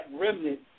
remnant